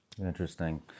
Interesting